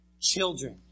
children